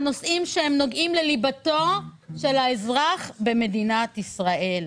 נושאים שנוגעים בליבתו של האזרח במדינת ישראל.